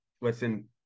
listen